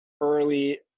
early